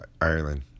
Ireland